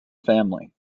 family